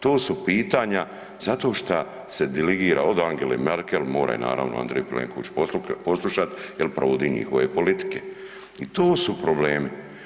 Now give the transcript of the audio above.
To su pitanja, zato šta se deligira od Angele Merkel, mora naravno Andrej Plenković poslušat jel provodi njihove politike i tu su problemi.